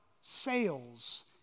sales